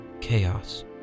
Chaos